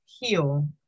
heal